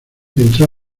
entró